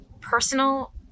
personal